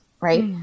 right